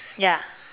ya